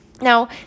Now